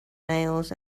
nails